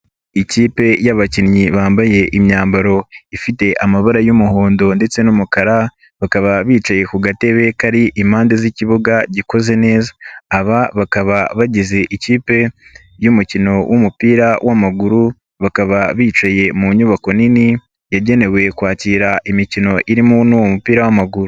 Ikipe y'abakinnyi bambaye imyambaro ifite amabara y'umuhondo ndetse n'umukara, bakaba bicaye ku gatebe kari impande z'ikibuga gikoze neza. Aba bakaba bagize ikipe y'umukino w'umupira w'amaguru, bakaba bicaye mu nyubako nini, yagenewe kwakira imikino irimo n'umupira w'amaguru.